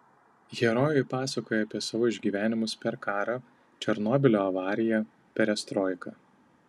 herojai pasakoja apie savo išgyvenimus per karą černobylio avariją perestroiką